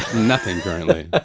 nothing currently